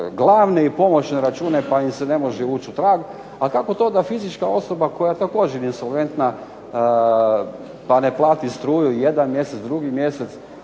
glavne i pomoćne račune pa im se ne može ući u trag. A kako to da fizička osoba koja je također insolventna pa ne plati struju jedan mjesec, drugi mjesec.